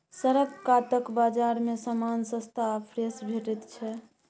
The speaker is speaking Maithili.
सड़क कातक बजार मे समान सस्ता आ फ्रेश भेटैत छै